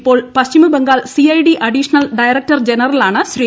ഇപ്പോൾ Paschimbangal CID additional director ജനറലാണ് ശ്രീ